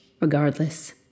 Regardless